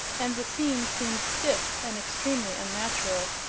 and the scene seemed stiff and extremely unnatural.